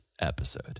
episode